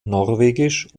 norwegisch